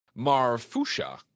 marfusha